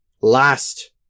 last